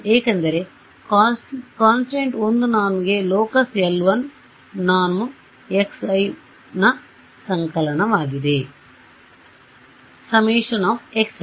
ಏಕೆಂದರೆ constant 1 norm ಗೆ locus l1 norm | xi | ನ ಸಂಕಲನವಾಗಿದೆsummation of |xi|